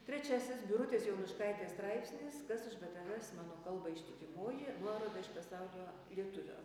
trečiasis birutės jonuškaitės straipsnis kas aš be tavęs mano kalba ištikimoji nuoroda iš pasaulio lietuvio